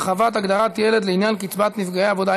הרחבת הגדרת ילד לעניין קצבת נפגעי עבודה),